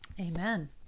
amen